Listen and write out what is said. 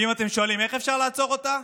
ואם אתם שואלים איך אפשר לעצור אותה,